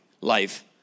life